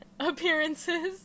appearances